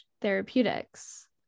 therapeutics